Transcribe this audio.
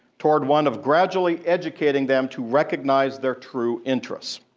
toward one of gradually educating them to recognize their true interests.